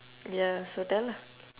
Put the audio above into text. ya so tell lah